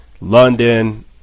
london